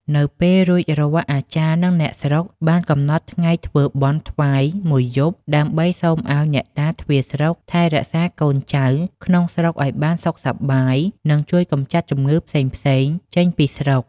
នៅពេលរួចរាល់អាចារ្យនិងអ្នកស្រុកបានកំណត់ថ្ងៃធ្វើបុណ្យថ្វាយមួយយប់ ដើម្បីសូមឲ្យអ្នកតាទ្វារស្រុកថែរក្សាកូនចៅក្នុងស្រុកឲ្យបានសុខសប្បាយ និងជួយកម្ចាត់ជំងឺផ្សេងៗចេញពីស្រុក ។